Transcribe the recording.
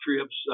trips